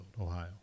Ohio